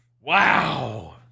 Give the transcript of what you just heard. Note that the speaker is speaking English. Wow